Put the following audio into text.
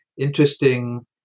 interesting